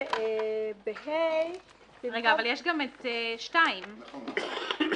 אבל יש גם ב(2).